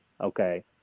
okay